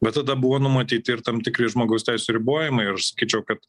bet tada buvo numatyti ir tam tikri žmogaus teisių ribojimai ir aš sakyčiau kad